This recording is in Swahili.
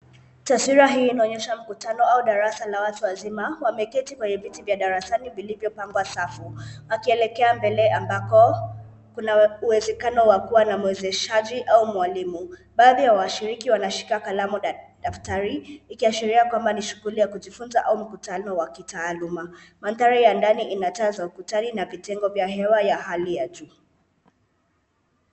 Taswira hii inaonyesha mkutano au darasa la watu wazima wameketi kwenye viti vya darasani vilivyopangwa safu, wakielekea mbele ambako kuna uwezekano wa kuwa na mwezeshaji au mwalimu. Baadhi ya washiriki wanashika kalamu daftari ikiashiria kwamba ni shughuli ya kujifunza au mkutano wa kitaaluma. Mandhari ya ndani ina taa za ukutani na vitengo vya hewa ya hali ya juu.